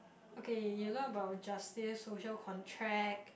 okay you learn about justice social contract